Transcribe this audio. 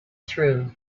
through